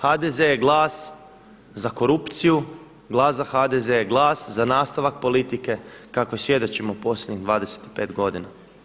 HDZ je glas za korupciju, glas za HDZ je glas za nastavak politike kakvoj svjedočimo posljednjih 25 godina.